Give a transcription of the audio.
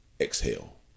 exhale